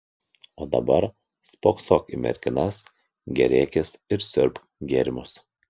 o dabar spoksok į merginas gėrėkis ir siurbk gėrimus